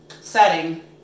setting